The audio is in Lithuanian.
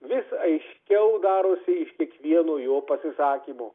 vis aiškiau darosi iš kievieno jo pasisakymo